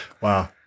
Wow